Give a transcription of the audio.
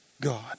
God